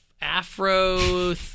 afro